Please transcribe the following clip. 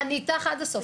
אני איתך עד הסוף,